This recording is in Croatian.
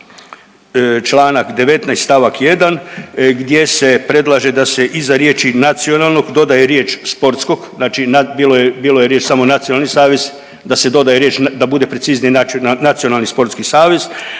na čl. 19. st. 1. gdje se predlaže da se iza riječi nacionalnog dodaje riječ sportskog, znači bilo je riječ samo nacionalni savez da se doda riječ da bude precizniji nacionalni sportski savez,